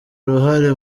uruhare